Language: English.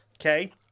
Okay